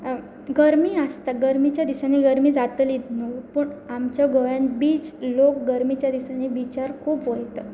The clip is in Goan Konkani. गर्मी आसता गर्मीच्या दिसांनी गरमी जातलीत न्हू पूण आमच्या गोंयान बीच लोक गरमीच्या दिसांनी बिचार खूब वयता